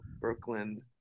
Brooklyn